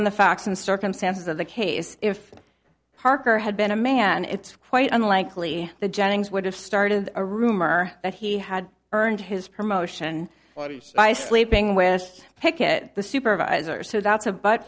on the facts and circumstances of the case if parker had been a man it's quite unlikely the jennings would have started a rumor that he had earned his promotion by sleeping with us picket the supervisor so that's a bu